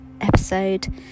episode